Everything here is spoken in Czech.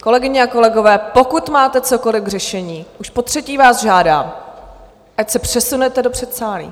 Kolegyně a kolegové, pokud máte cokoli k řešení, už potřetí vás žádám, ať se přesunete do předsálí.